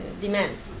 demands